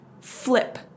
flip